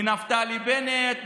מנפתלי בנט,